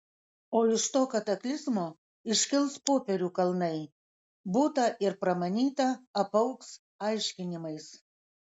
o iš to kataklizmo iškils popierių kalnai būta ir pramanyta apaugs aiškinimais